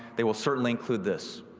they will certainly include this.